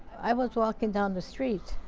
i was walking down the street,